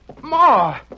Ma